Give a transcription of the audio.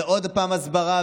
ועוד פעם הסברה,